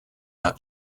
not